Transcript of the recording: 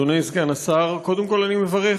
אדוני סגן השר, קודם כול אני מברך